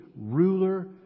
ruler